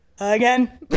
again